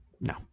No